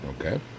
Okay